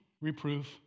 reproof